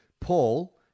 Paul